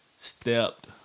stepped